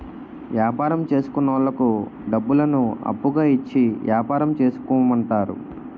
యాపారం చేసుకున్నోళ్లకు డబ్బులను అప్పుగా ఇచ్చి యాపారం చేసుకోమంటారు